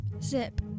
Zip